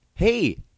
Hey